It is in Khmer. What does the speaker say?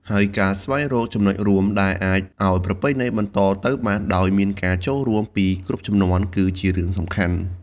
ហើយការស្វែងរកចំណុចរួម ដែលអាចឲ្យប្រពៃណីបន្តទៅបានដោយមានការចូលរួមពីគ្រប់ជំនាន់ គឺជារឿងសំខាន់។